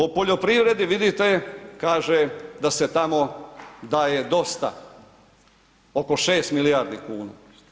O poljoprivredi vidite, kaže da se tamo daje dosta, oko 6 milijardi kuna.